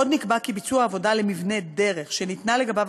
עוד נקבע כי ביצוע עבודה למבנה דרך שניתנה לגביו